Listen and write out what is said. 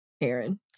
Aaron